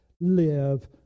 live